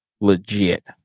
legit